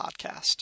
podcast